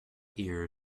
ear